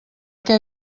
què